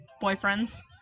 boyfriend's